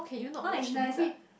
oh is nice